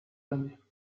années